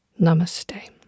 namaste